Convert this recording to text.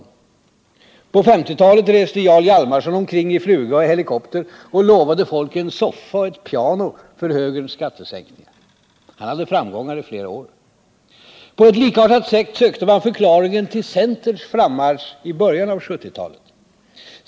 På 1950-talet reste Jarl Hjalmarson omkring i fluga och helikopter och lovade folk en soffa och ett piano för högerns skattesänkningar. Han hade framgångar i flera år. På ett likartat sätt sökte man förklaringar till centerns frammarsch i början av 1970-talet.